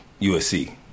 USC